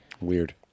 Weird